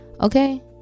okay